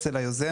אצל היוזם,